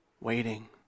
waiting